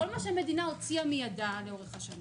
כל מה שהמדינה הוציאה מידה לאורך השנים.